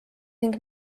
ning